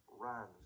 Runs